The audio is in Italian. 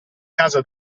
casa